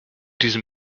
diesem